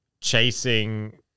chasing